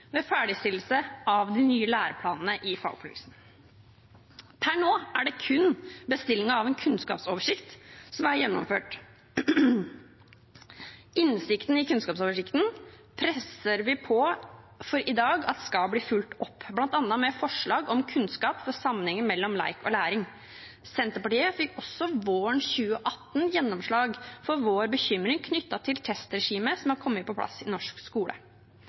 ved ferdigstillelse av de nye læreplanene i fagfornyelsen. Per nå er det kun bestillingen av en kunnskapsoversikt som er gjennomført. Vi presser i dag på for at innsikten i kunnskapsoversikten skal bli fulgt opp, bl.a. med forslag om kunnskap om sammenhengen mellom lek og læring. Senterpartiet fikk også våren 2018 gjennomslag for vår bekymring knyttet til testregimet som er kommet på plass i norsk skole.